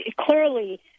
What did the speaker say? clearly